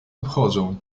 obchodzą